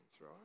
right